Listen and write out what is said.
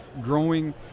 growing